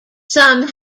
some